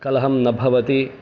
कलहं न भवति